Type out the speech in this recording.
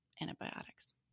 Antibiotics